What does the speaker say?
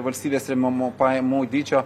valstybės remiamų pajamų dydžio